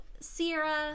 Sierra